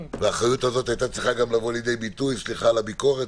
האחריות הזאת הייתה צריכה גם לבוא לידי ביטוי סליחה על הביקורת,